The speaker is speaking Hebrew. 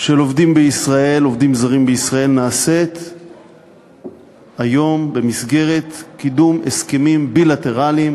של עובדים זרים בישראל נעשית היום במסגרת קידום הסכמים בילטרליים